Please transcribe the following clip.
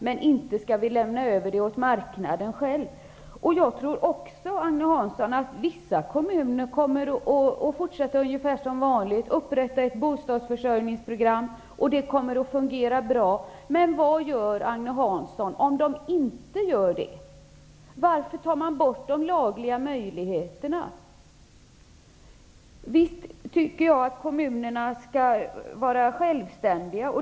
Men vi skall inte överlämna åt marknaden att sköta detta själv. Jag tror också, Agne Hansson, att vissa kommuner kommer att fortsätta ungefär som vanligt, dvs. upprätta ett bostadsförsörjningsprogram. Det kommer att fungera bra. Men vad gör Agne Hansson om kommunerna inte gör detta? Varför skall de lagliga möjligheterna tas bort? Visst tycker jag att kommunerna skall vara självständiga.